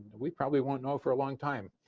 we probably won't know for a long time.